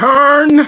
Turn